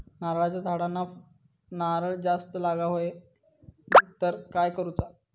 नारळाच्या झाडांना नारळ जास्त लागा व्हाये तर काय करूचा?